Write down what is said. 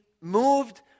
moved